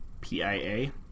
PIA